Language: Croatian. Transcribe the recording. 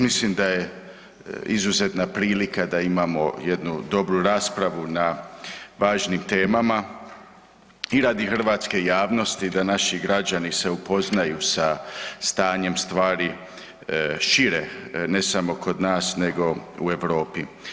Mislim da je izuzetna prilika da imamo jednu dobru raspravu na važnim temama i radi hrvatske javnosti da naši građani se upoznaju sa stanjem stvari šire ne samo kod nas, nego u Europi.